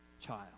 child